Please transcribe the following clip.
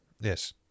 Yes